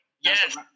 Yes